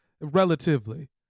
relatively